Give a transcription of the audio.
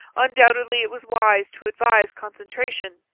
undoubtedly it was wise to advise concentration,